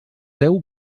deu